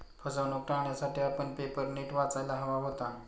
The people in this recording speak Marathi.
फसवणूक टाळण्यासाठी आपण पेपर नीट वाचायला हवा होता